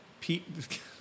Pete